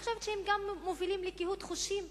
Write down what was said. אני חושבת שזה מוביל לקהות חושים.